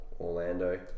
Orlando